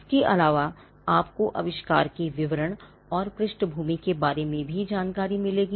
इसके अलावा आपको आविष्कार के विवरण और पृष्ठभूमि के बारे में भी जानकारी मिलेगी